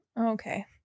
Okay